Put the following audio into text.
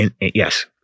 yes